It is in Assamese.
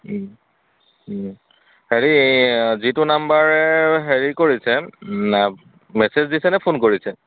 হেৰি যিটো নাম্বাৰে হেৰি কৰিছে মেচেজ দিছে নে ফোন কৰিছে